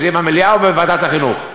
שזה יהיה במליאה או בוועדת החינוך?